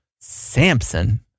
Samson